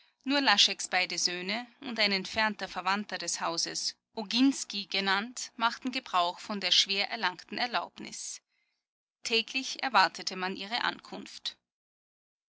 nur lascheks beide söhne und ein entfernter verwandter des hauses oginsky genannt machten gebrauch von der schwer erlangten erlaubnis täglich erwartete man ihre ankunft